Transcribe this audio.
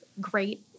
great